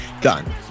Done